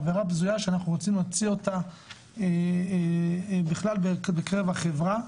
עבירה בזויה שאנחנו רוצים להוציא אותה בכלל בקרב החברה,